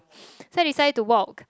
so I decided to walk